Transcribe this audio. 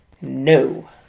No